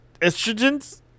Estrogens